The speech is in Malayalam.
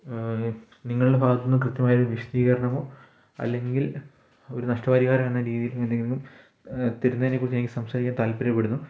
നിങ്ങളുടെ ഭാഗത്തുനിന്ന് കൃത്യമായൊരു വിശദീകരണമോ അല്ലെങ്കിൽ ഒരു നഷ്ടപരിഹാരം എന്ന രീതിയിൽ എന്തെങ്കിലും തരുന്നതിനെക്കുറിച്ച് എനിക്ക് സംസാരിക്കാൻ താല്പര്യപ്പെടുന്നു